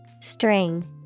String